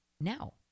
now